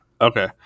Okay